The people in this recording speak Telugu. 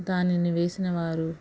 దానిని వేసిన వారు